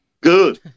Good